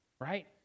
right